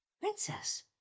Princess